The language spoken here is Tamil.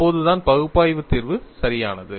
அப்போதுதான் பகுப்பாய்வு தீர்வு சரியானது